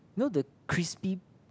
you know the crispy